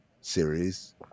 series